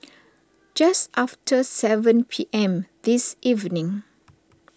just after seven P M this evening